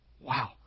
Wow